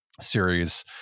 series